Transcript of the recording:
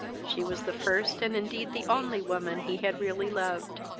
she was the first, and indeed the only, woman he had really loved,